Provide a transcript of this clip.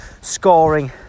scoring